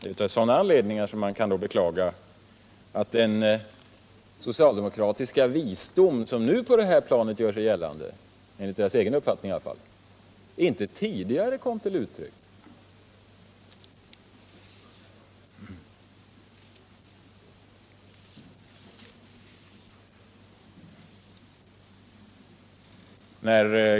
Det är av dessa anledningar man beklagar att den socialdemokratiska visdom som nu gör sig gällande på det här planet — enligt socialdemokraternas egen uppfattning i alla fall — inte tidigare kom till uttryck.